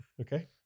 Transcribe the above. okay